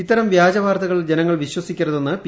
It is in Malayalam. ഇത്തരം വ്യാജ വാർത്തകൾ ജനങ്ങൾ വിശ്വസിക്കരുതെന്ന് പി